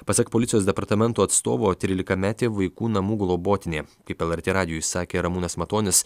pasak policijos departamento atstovo trylikametė vaikų namų globotinė kaip lrt radijui sakė ramūnas matonis